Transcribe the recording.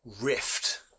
rift